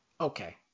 Okay